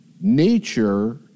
Nature